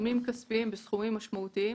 עיצומים כספיים בסכומים משמעותיים.